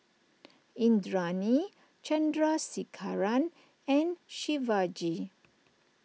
Indranee Chandrasekaran and Shivaji